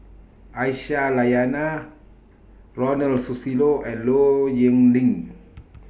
Aisyah Lyana Ronald Susilo and Low Yen Ling